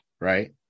right